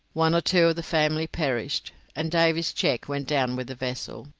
one or two of the family perished, and davy's cheque went down with the vessel.